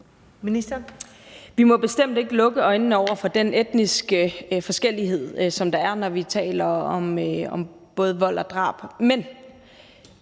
Vi må bestemt ikke lukke øjnene for den etniske forskellighed, der er, når vi taler om både vold og drab, men